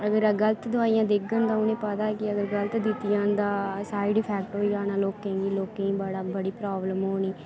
अगर गलत दवाइयां देङन ते उ'नेंगी पता कि अगर गलत दित्तियां तां साइड इफैक्ट होई जाना लोकें गी लोकें गी बड़ी प्राबलम होनी